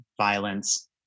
violence